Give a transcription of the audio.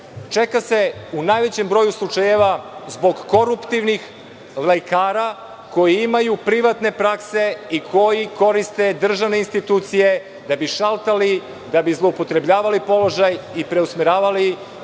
da se u najvećem broju čeka zbog koruptivnih lekara koji imaju privatne prakse i koji koriste državne institucije da bi zloupotrebljavali položaj i preusmeravali